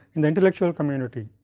in the intellectual community.